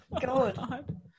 God